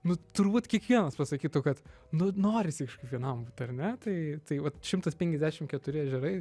nu turbūt kiekvienas pasakytų kad nu norisi kažkaip vienam būt ar ne tai tai vat šimtas penkiasdešim keturi ežerai